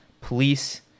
police